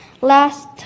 last